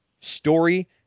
story